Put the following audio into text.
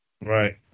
right